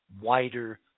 wider